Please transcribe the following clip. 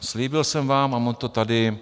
Slíbil jsem vám, a mám to tady,